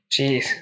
Jeez